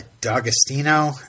D'Agostino